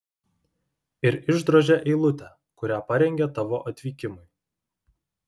ir išdrožia eilutę kurią parengė tavo atvykimui